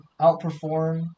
outperform